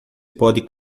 pode